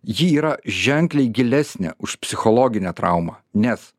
ji yra ženkliai gilesnė už psichologinę traumą nes